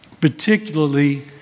particularly